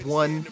one